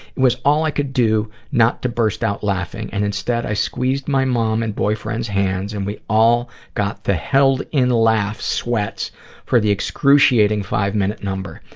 it was all i could do not to burst out laughing, and instead i squeezed my mom and boyfriend's hands, and we all got the held-in laugh sweats for the excruciating five-minute number.